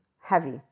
heavy